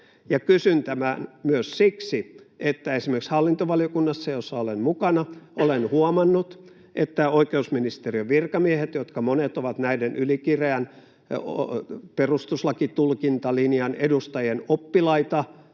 Kysyn tämän myös siksi, että esimerkiksi hallintovaliokunnassa, jossa olen mukana, olen huomannut, että oikeusministeriön virkamiehet, jotka monet ovat näiden ylikireän perustuslakitulkintalinjan edustajien oppilaita,